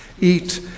eat